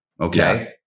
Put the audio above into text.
Okay